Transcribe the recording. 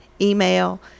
Email